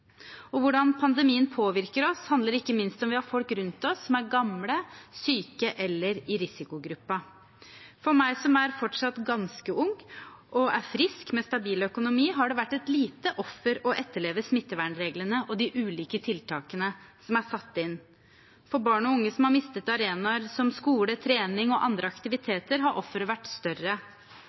Og hvordan pandemien påvirker oss, handler ikke minst om hvorvidt vi har folk rundt oss som er gamle, syke eller i risikogruppen. For meg som fortsatt er ganske ung, og som er frisk og har stabil økonomi, har det vært et lite offer å etterleve smittevernreglene og de ulike tiltakene som er satt inn. For barn og unge som har mistet arenaer som skole, trening og andre aktiviteter, har offeret vært større.